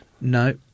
No